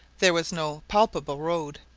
there was no palpable road,